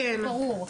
ברור,